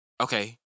okay